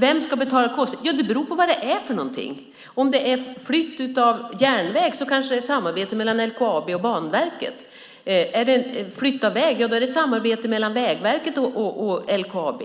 Vem ska betala kostnaderna? Det beror på vad det är för någonting. Om det är flytt av järnväg kanske det är ett samarbete mellan LKAB och Banverket. Om det är flytt av väg är det ett samarbete mellan Vägverket och LKAB.